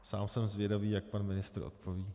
Sám jsem zvědavý, jak pan ministr odpoví.